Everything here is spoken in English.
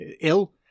ill